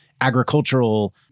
agricultural